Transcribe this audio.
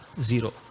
zero